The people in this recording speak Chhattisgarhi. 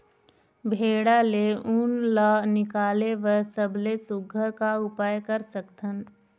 भेड़ा ले उन ला निकाले बर सबले सुघ्घर का उपाय कर सकथन?